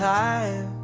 time